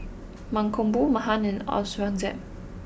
Mankombu Mahan and Aurangzeb